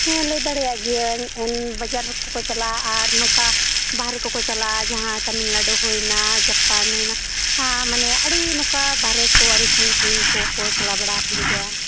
ᱦᱮᱸ ᱞᱟᱹᱭᱫᱟᱲᱮᱭᱟᱜ ᱜᱤᱭᱟᱹᱧ ᱮᱱ ᱵᱟᱡᱟᱨ ᱠᱚ ᱠᱚ ᱪᱟᱞᱟᱜᱼᱟ ᱟᱨ ᱱᱚᱝᱠᱟ ᱵᱟᱨᱦᱮ ᱠᱚ ᱠᱚ ᱪᱟᱞᱟᱜᱼᱟ ᱡᱟᱦᱟᱸ ᱛᱟᱹᱢᱤᱞᱱᱟᱲᱩ ᱦᱩᱭᱮᱱᱟ ᱡᱟᱯᱟᱱ ᱦᱩᱭᱮᱱᱟ ᱟᱨ ᱢᱟᱱᱮ ᱟᱹᱰᱤ ᱱᱚᱝᱠᱟ ᱵᱟᱨᱦᱮ ᱠᱚ ᱟᱹᱰᱤ ᱥᱟᱺᱜᱤᱧ ᱥᱟᱺᱜᱤᱧ ᱠᱚ ᱠᱚ ᱪᱟᱞᱟᱣ ᱵᱟᱲᱟ ᱟᱠᱟᱱ ᱜᱮᱭᱟ